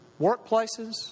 Workplaces